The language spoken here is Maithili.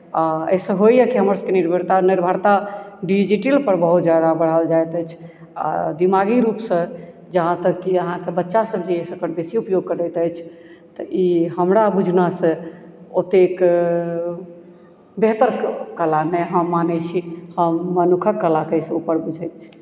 आओर एहिसँ होइए कि हमरासभके निर्भरता डिजिटलपर बहुत ज्यादा बढ़ल जाइत अछि आओर दिमागी रूपसँ जहाँ तक कि अहाँके बच्चासभ जे एकर कनी बेसी उपयोग करैत अछि तऽ ई हमरा बुझनासँ ओतेक बेहतर कलामे हम नहि मानैत छी हम मनुखक कलाके एहिसँ ऊपर बुझैत छी